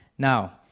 now